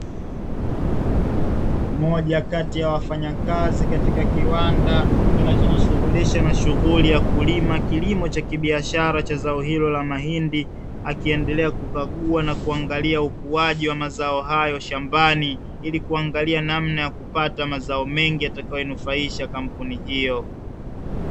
Moja kati ya wafanyakazi katika kiwanda kinachojishughulisha na shughuli ya kulima kilimo cha kibiashara cha zao hilo la mahindi, akiendelea kukagua na kuangalia ukuaji wa mazao hayo shambani ili kuangalia namna ya kupata mazao mengi yatayofanikisha kampuni hiyo.